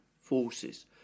forces